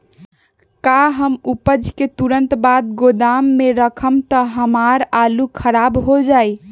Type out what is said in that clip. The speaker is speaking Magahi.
का हम उपज के तुरंत बाद गोदाम में रखम त हमार आलू खराब हो जाइ?